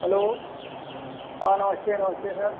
hello हाँ नमस्ते नमस्ते सर